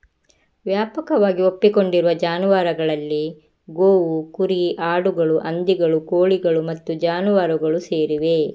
ವ್ಯಾಪಕವಾಗಿ ಒಪ್ಪಿಕೊಂಡಿರುವ ಜಾನುವಾರುಗಳಲ್ಲಿ ಗೋವು, ಕುರಿ, ಆಡುಗಳು, ಹಂದಿಗಳು, ಕೋಳಿಗಳು ಮತ್ತು ಜಾನುವಾರುಗಳು ಸೇರಿವೆ